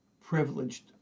privileged